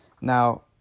Now